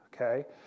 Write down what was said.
Okay